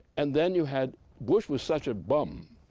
and then, you had bush was such a bum,